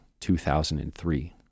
2003